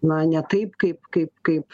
na ne taip kaip kaip kaip